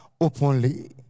openly